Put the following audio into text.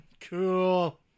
Cool